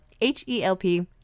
H-E-L-P